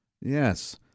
yes